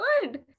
good